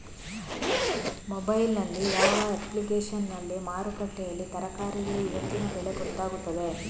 Mobile ನಲ್ಲಿ ಯಾವ ಅಪ್ಲಿಕೇಶನ್ನಲ್ಲಿ ಮಾರುಕಟ್ಟೆಯಲ್ಲಿ ತರಕಾರಿಗೆ ಇವತ್ತಿನ ಬೆಲೆ ಗೊತ್ತಾಗುತ್ತದೆ?